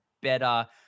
better